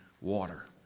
water